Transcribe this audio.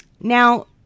Now